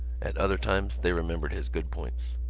at other times they remembered his good points.